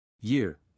Year